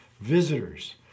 visitors